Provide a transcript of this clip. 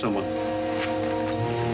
so